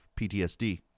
PTSD